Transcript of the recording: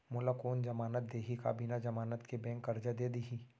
मोला कोन जमानत देहि का बिना जमानत के बैंक करजा दे दिही?